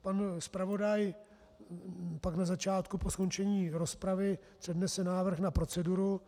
Pan zpravodaj pak na začátku po skončení rozpravy přednese návrh na proceduru.